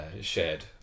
shared